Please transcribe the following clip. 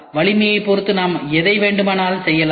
வலிமையைப் பொறுத்து நாம் எதை வேண்டுமானாலும் செய்யலாம்